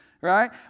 right